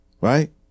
Right